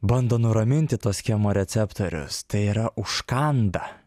bando nuraminti tuos chemoreceptorius tai yra užkanda